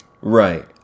Right